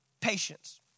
patience